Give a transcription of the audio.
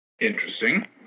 Interesting